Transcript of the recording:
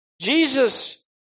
Jesus